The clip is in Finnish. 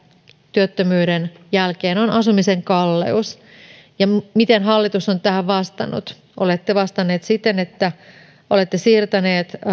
työttömyyden jälkeen on asumisen kalleus miten hallitus on tähän vastannut olette vastanneet siten että olette siirtäneet